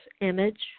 image